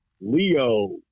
Leo